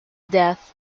death